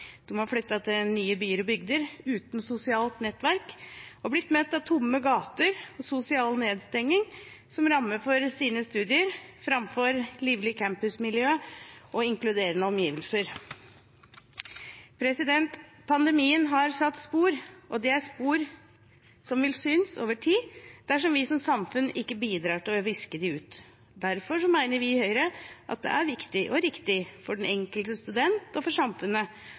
har flyttet til nye byer og bygder uten sosialt nettverk og blitt møtt av tomme gater, sosial nedstenging som ramme for sine studier, framfor livlig campusmiljø og inkluderende omgivelser. Pandemien har satt spor, og det er spor som vil synes over tid, dersom vi som samfunn ikke bidrar til å viske dem ut. Derfor mener vi i Høyre at det er viktig og riktig for den enkelte student og for samfunnet